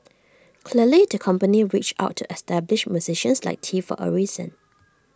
clearly the company reached out to established musicians like tee for A reason